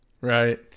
Right